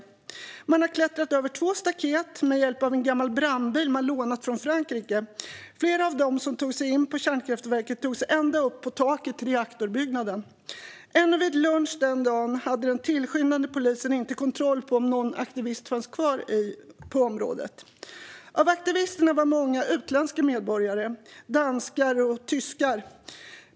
Aktivisterna har klättrat över två staket med hjälp av en gammal brandbil som de lånat från Frankrike. Flera av dem som tog sig in på kärnkraftverket tog sig ända upp på taket till reaktorbyggnaden. Ännu vid lunch den dagen hade den tillskyndande polisen inte kontroll på om någon aktivist fanns kvar på området. Av aktivisterna var många utländska medborgare - danskar och tyskar.